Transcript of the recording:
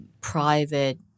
private